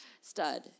Stud